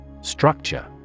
Structure